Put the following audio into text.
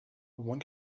one